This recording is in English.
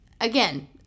Again